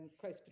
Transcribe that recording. close